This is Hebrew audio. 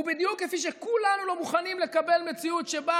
בדיוק כפי שכולנו לא מוכנים לקבל מציאות שבה